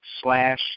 slash